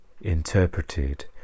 interpreted